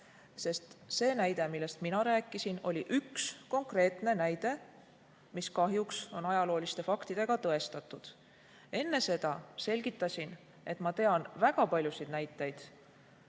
Sest see näide, millest mina rääkisin, oli üks konkreetne näide, mis kahjuks on ajalooliste faktidega tõestatud. Enne seda selgitasin, et ma tean väga paljusid näiteid,